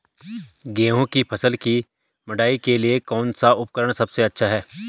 गेहूँ की फसल की मड़ाई के लिए कौन सा उपकरण सबसे अच्छा है?